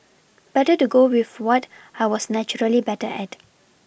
better to go with what I was naturally better at